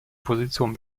position